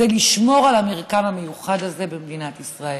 זה לשמור על המרקם המיוחד הזה במדינת ישראל,